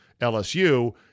LSU